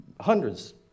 Hundreds